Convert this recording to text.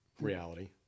reality